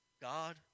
God